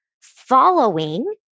following